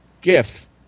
gif